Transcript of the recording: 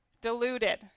diluted